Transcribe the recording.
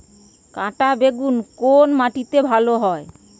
কাঁটা বেগুন কোন মাটিতে ভালো হয়?